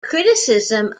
criticism